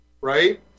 right